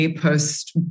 post